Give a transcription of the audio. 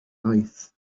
aeth